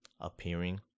appearing